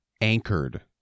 anchored